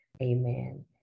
Amen